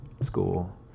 school